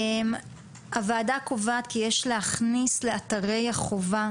הוועדה קובעת כי יש להכניס לאתרי החובה,